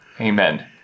Amen